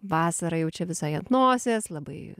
vasarą jau čia visai ant nosies labai